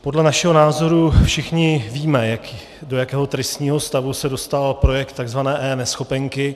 Podle našeho názoru všichni víme, do jakého tristního stavu se dostal projekt tzv. eNeschopenky.